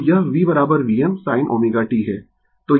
तो यह V Vm sin ω t है